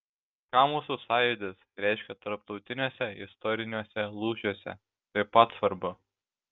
ką mūsų sąjūdis reiškė tarptautiniuose istoriniuose lūžiuose taip pat svarbu